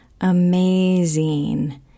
amazing